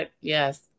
yes